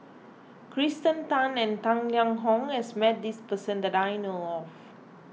Kirsten Tan and Tang Liang Hong has met this person that I know of